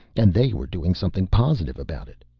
and they were doing something positive about it.